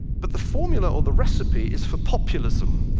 but the formula or the recipe is for populism,